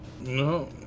No